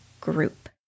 group